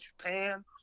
japan